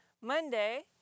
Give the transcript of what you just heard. Monday